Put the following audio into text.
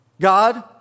God